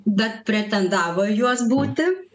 bet pretendavo į juos būti